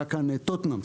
היה כאן טוטנהאם,